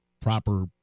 Proper